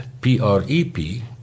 P-R-E-P